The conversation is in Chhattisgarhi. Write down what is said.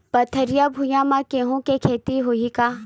पथरिला भुइयां म गेहूं के खेती होही का?